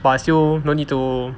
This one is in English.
but still no need to